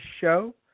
show